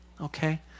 Okay